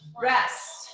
Rest